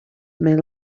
may